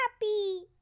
Happy